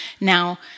now